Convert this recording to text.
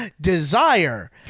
desire